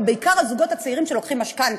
ובעיקר הזוגות הצעירים שלוקחים משכנתה.